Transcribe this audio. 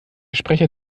sprecher